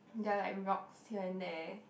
there are like rocks here and there